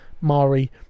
Mari